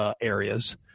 areas